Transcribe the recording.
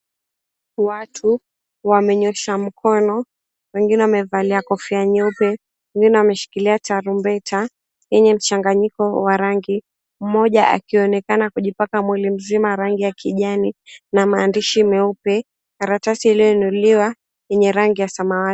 Watu wamenyoosha mkono, wengine waamevalia kofia nyeupe, wengine wameshikilia taarumbeta yenye mchanganyiko wa rangi. Mmoja akionekana kujipaka mwili mzima rangi ya kijani, na maandishi meupe. Karatasi iliyonunuliwa yenye rangi ya samawati.